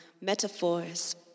metaphors